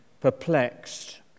perplexed